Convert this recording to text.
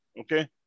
okay